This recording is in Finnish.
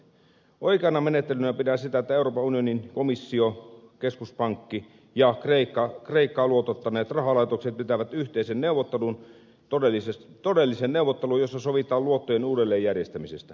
oikeana menettelynä pidän sitä että euroopan unionin komissio keskuspankki ja kreikkaa luotottaneet rahalaitokset pitävät yhteisen neuvottelun todellisen neuvottelun jossa sovitaan luottojen uudelleenjärjestämisestä